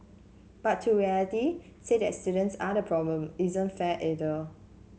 but to say that students are the problem isn't fair either